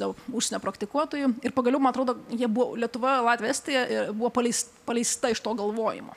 daug užsienio praktikuotojų ir pagaliau man atrodo jie buvo lietuva latvija estija ir buvo paleis paleista iš to galvojimo